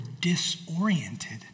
disoriented